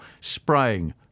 spraying